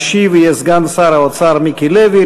המשיב יהיה סגן שר האוצר מיקי לוי.